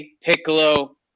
Piccolo